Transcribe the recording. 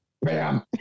bam